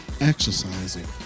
exercising